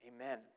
Amen